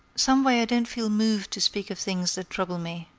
some way i don't feel moved to speak of things that trouble me.